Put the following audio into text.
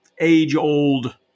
age-old